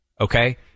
Okay